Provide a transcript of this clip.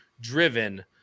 driven